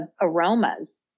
aromas